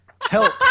help